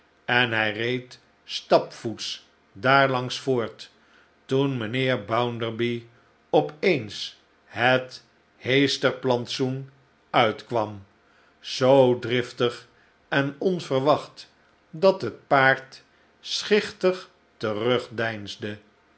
en hij reed stapvoets daarlangs voort toen mijnheer bounderby op eens het heesterplantsoen uitkwam zoo driftig en onverwacht dat het paard schichtig